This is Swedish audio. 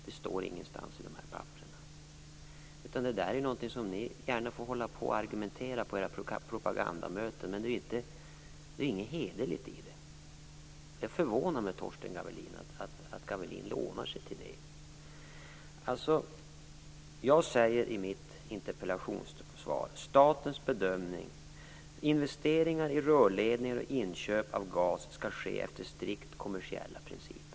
Det står ingenstans i dessa papper. Det är någonting som de gärna får argumentera för på sina propagandamöten, men det är inte hederligt. Det förvånar mig att Torsten Gavelin lånar sig till det. Jag säger i mitt interpellationssvar: "Investeringar i rörledningar och inköp av gas skall ske efter strikt kommersiella principer."